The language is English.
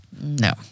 No